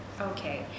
Okay